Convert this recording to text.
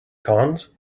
cons